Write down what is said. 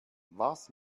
was